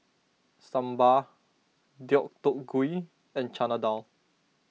Sambar Deodeok Gui and Chana Dal